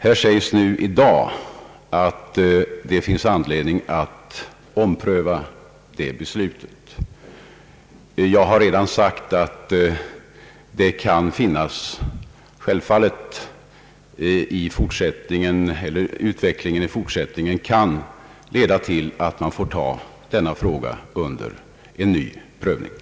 Här sägs nu i dag att det finns anledning att ompröva detta beslut. Jag har redan sagt att utvecklingen i fortsättningen självfallet kan leda till att denna fråga bör bli föremål för ny prövning.